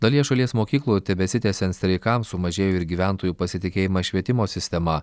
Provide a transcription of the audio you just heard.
dalyje šalies mokyklų tebesitęsiant streikams sumažėjo ir gyventojų pasitikėjimas švietimo sistema